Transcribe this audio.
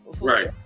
right